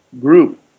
group